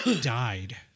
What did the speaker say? died